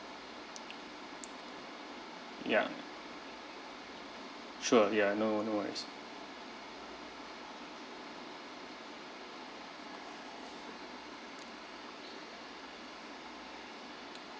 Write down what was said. ya sure ya no no worries